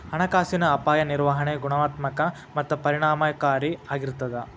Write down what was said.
ಹಣಕಾಸಿನ ಅಪಾಯ ನಿರ್ವಹಣೆ ಗುಣಾತ್ಮಕ ಮತ್ತ ಪರಿಣಾಮಕಾರಿ ಆಗಿರ್ತದ